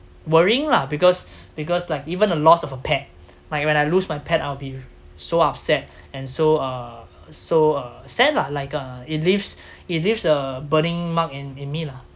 worrying lah because because like even the loss of a pet like when I lose my pet I'll be so upset and so uh so uh sad lah like uh it leaves it leaves a burning mark in in me lah